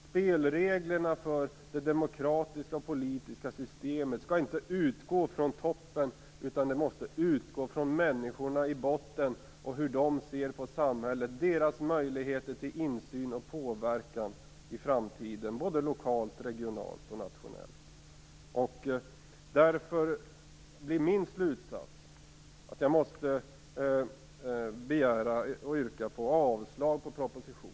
Spelreglerna för det demokratiska, politiska, systemet skall inte utgå från toppen, utan måste utgå från människorna i botten, hur de ser på samhället, deras möjligheter till insyn och påverkan i framtiden - lokalt, regionalt och nationellt. Min slutsats blir att jag måste yrka avslag på propositionen.